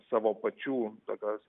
savo pačių tokios